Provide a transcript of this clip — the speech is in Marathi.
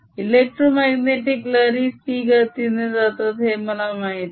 इलेक्ट्रोमाग्नेटीक लहरी c गतीने जातात हे मला माहित आहे